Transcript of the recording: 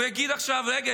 הוא יגיד עכשיו: רגע,